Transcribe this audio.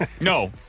no